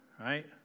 right